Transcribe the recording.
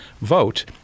vote –